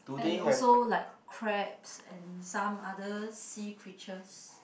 and also like crabs and some other sea creatures